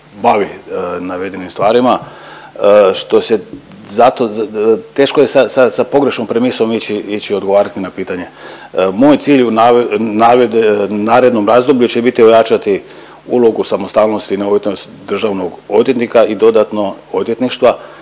bavi navedenim stvarima. Teško je sa pogrešnom premisom ići i odgovarati na pitanje. Moj cilj u narednom razdoblju će biti ojačati ulogu samostalnosti i neovisnost državnog odvjetnika i dodatno odvjetništva